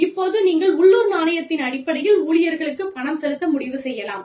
இப்போது நீங்கள் உள்ளூர் நாணயத்தின் அடிப்படையில் ஊழியர்களுக்கு பணம் செலுத்த முடிவு செய்யலாம்